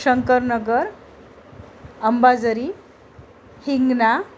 Shankarnagar Ambazari Hingna